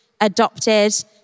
adopted